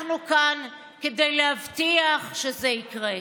אנחנו כאן כדי להבטיח שזה יקרה.